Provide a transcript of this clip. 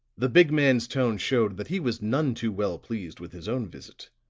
the big man's tone showed that he was none too well pleased with his own visit